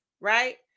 Right